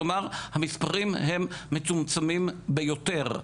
כלומר המספרים הם מצומצמים ביותר.